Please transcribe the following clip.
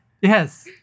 Yes